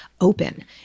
open